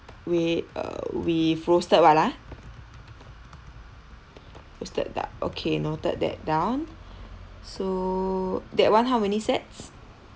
wait err with roasted what ah roasted duck okay noted that down so that [one] how many sets